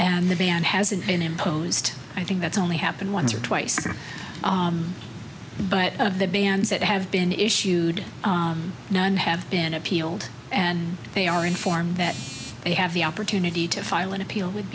and the band hasn't been imposed i think that's only happened once or twice but of the bands that have been issued none have been appealed and they are informed that they have the opportunity to file an appeal would